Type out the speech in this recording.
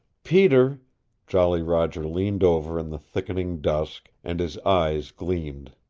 peter jolly roger leaned over in the thickening dusk, and his eyes gleamed.